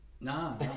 No